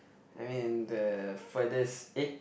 I mean the furthest uh